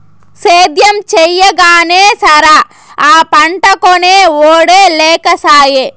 సేద్యం చెయ్యగానే సరా, ఆ పంటకొనే ఒడే లేకసాయే